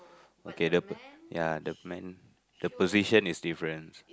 okay ya the man the position is different